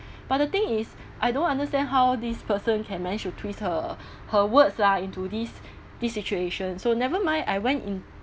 but the thing is I don't understand how this person can manage to twist her her words lah into this this situation so never mind I went in